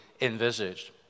envisaged